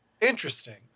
Interesting